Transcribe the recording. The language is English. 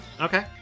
okay